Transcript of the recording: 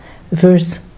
verse